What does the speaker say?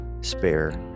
spare